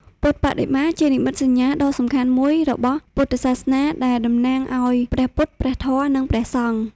ពុទ្ធបដិមាជានិមិត្តសញ្ញាដ៏សំខាន់មួយរបស់ពុទ្ធសាសនា ដែលតំណាងឲ្យព្រះពុទ្ធ ព្រះធម៌ និងព្រះសង្ឃ។